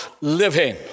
living